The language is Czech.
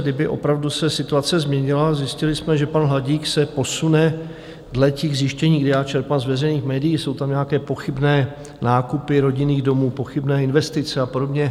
Kdyby opravdu se situace změnila a zjistili jsme, že pan Hladík se posune dle těch zjištění, kdy já čerpám z veřejných médií, jsou tam nějaké pochybné nákupy rodinných domů, pochybné investice a podobně.